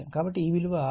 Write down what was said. కాబట్టి ఈ విలువ 6